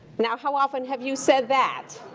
now how often have you said that?